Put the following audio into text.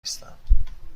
نیستم